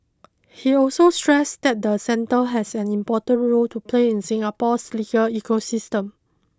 he also stressed that the centre has an important role to play in Singapore's legal ecosystem